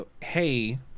Hey